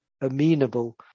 amenable